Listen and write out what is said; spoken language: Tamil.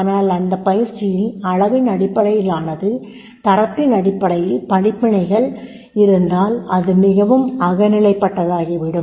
ஆனால் அந்தப் பயிற்சியில் அளவின் அடிப்படையில்லாது தரத்தின் அடிப்படையில் படிப்பினைகள் இருந்தால் அது மிகவும் அகநிலை ப்பட்டதாகிவிடும்